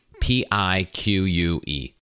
P-I-Q-U-E